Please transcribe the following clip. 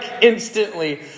instantly